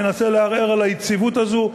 מנסה לערער על היציבות הזו,